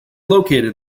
located